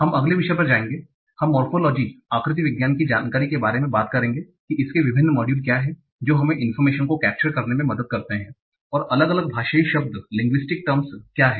हम अगले विषय पर जाएंगे हम मोरफोलोजी morphology आकृति विज्ञान की जानकारी के बारे में बात करेंगे कि इसके विभिन्न मॉड्यूल क्या हैं जो हमें information को कैप्चर करने में मदद करते हैं और अलग अलग भाषाई शब्द क्या हैं